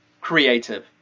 creative